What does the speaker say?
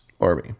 army